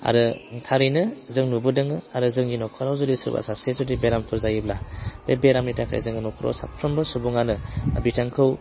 आरो थारैनो जों नुबोदों आरो जोंनि न'खराव जुदि सोरबा सासे जुदि बेरामफोर जायोब्ला बे बेरामनि थाखायनो जोङो न'खराव साफ्रोमबो सुबुङानो बिथांखौ